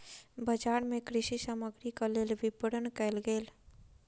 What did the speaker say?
बजार मे कृषि सामग्रीक लेल विपरण कयल गेल